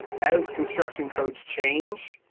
as construction codes changed,